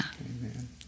Amen